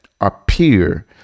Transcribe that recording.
appear